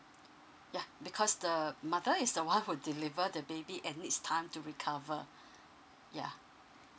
ya because the mother is the one who deliver the baby and needs time to recover yeah